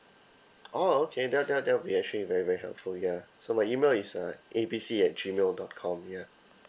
orh okay that that that would be actually very very helpful ya so my email is uh A B C at G mail dot com yeah